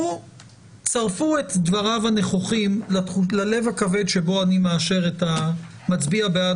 צרפו את דבריו הנכוחים ללב הכבד שבו אני מצביע בעד